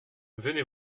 venez